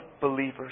believers